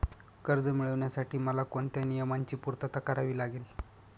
कर्ज मिळविण्यासाठी मला कोणत्या नियमांची पूर्तता करावी लागेल?